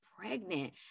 pregnant